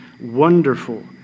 wonderful